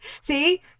see